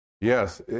Yes